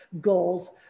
goals